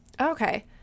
Okay